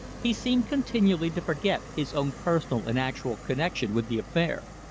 he seemed continually to forget his own personal and actual connection with the affair.